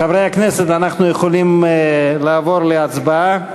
חברי הכנסת, אנחנו יכולים לעבור להצבעה.